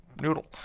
noodle